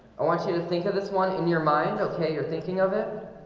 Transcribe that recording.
i want you to think of this one in your mind. okay, you're thinking of it. oh